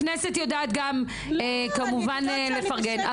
הכנסת יודעת גם כמובן לפרגן,